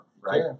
right